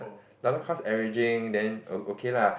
averaging then okay lah